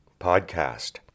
podcast